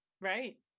right